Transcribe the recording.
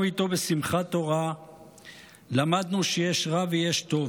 איתו בשמחת תורה למדנו שיש רע ויש טוב.